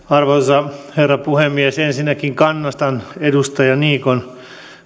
arvoisa herra puhemies ensinnäkin kannatan edustaja niikon